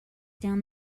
down